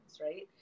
right